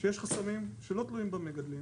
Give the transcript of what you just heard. שיש חסמים שלא תלויים במגדלים